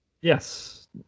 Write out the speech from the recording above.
Yes